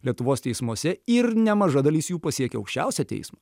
lietuvos teismuose ir nemaža dalis jų pasiekia aukščiausią teismą